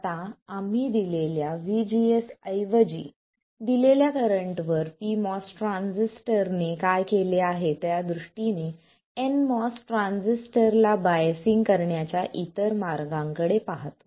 आता आम्ही दिलेल्या V GS ऐवजी दिलेल्या करंटवर pMOS ट्रान्झिस्टरने काय केले आहे त्यादृष्टीने nMOS ट्रान्झिस्टरला बायसिंग करण्याच्या इतर मार्गांकडे पाहतो